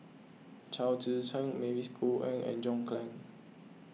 Chao Tzee Cheng Mavis Khoo Oei and John Clang